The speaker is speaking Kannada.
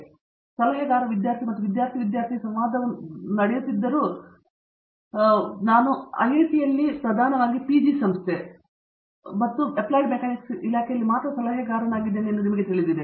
ಹಾಗಾಗಿ ಸಲಹೆಗಾರ ವಿದ್ಯಾರ್ಥಿ ಮತ್ತು ವಿದ್ಯಾರ್ಥಿ ವಿದ್ಯಾರ್ಥಿ ಸಂವಾದವು ಹೋಗುತ್ತಿದ್ದರೂ ನಾನು ಈಗ ಐಐಟಿಯಲ್ಲಿ ಪ್ರಧಾನವಾಗಿ ಪಿಜಿ ಸಂಸ್ಥೆ ಮತ್ತು ಅಪ್ಲೈಡ್ ಮೆಕ್ಯಾನಿಕ್ಸ್ ಇಲಾಖೆಯಲ್ಲಿ ಮಾತ್ರ ಸಲಹೆಗಾರನಾಗಿದ್ದೇನೆ ಎಂದು ನಿಮಗೆ ತಿಳಿದಿದೆ